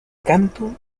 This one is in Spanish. canto